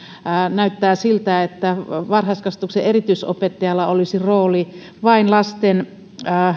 näyttää siltä että varhaiskasvatuksen erityisopettajalla olisi rooli vain